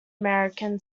american